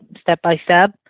step-by-step